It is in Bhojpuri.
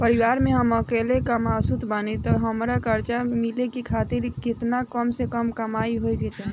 परिवार में हम अकेले कमासुत बानी त हमरा कर्जा मिले खातिर केतना कम से कम कमाई होए के चाही?